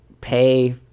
pay